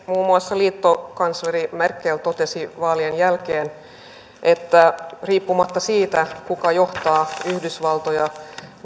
muun muassa liittokansleri merkel totesi vaalien jälkeen että riippumatta siitä kuka johtaa yhdysvaltoja